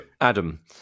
Adam